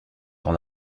dans